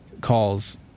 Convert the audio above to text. calls